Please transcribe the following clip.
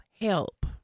Help